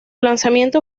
lanzamiento